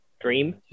Dream